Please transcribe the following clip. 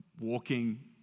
walking